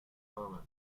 moment